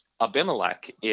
Abimelech